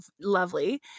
lovely